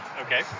Okay